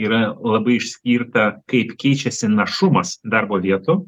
yra labai išskirta kaip keičiasi našumas darbo vietų